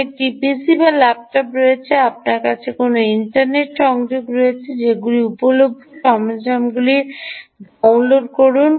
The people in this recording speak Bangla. আপনার একটি পিসি বা একটি ল্যাপটপ রয়েছে আপনার কাছে কোনও ইন্টারনেট সংযোগ রয়েছে যেগুলি উপলভ্য সরঞ্জামগুলি ডাউনলোড করুন